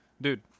Dude